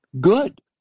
Good